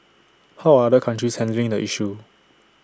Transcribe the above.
how are other countries handling the issue